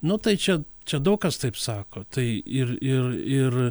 nu tai čia čia daug kas taip sako tai ir ir ir